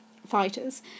fighters